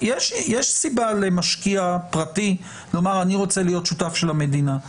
יש סיבה למשקיע פרטי לומר אני רוצה להיות שותף של המדינה.